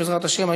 בעזרת השם,